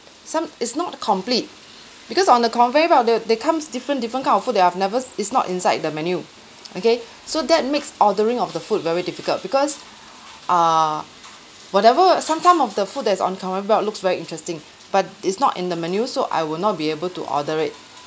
some is not complete because on the conveyor belt they they comes different different kind of food that I've never se~ is not inside the menu okay so that makes ordering of the food very difficult because err whatever sometime of the food that's on conveyor belt looks very interesting but it's not in the menu so I will not be able to order it